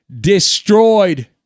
destroyed